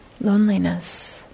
loneliness